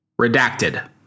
Redacted